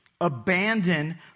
Abandon